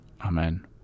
Amen